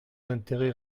d’intérêt